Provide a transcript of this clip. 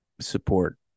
support